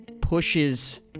pushes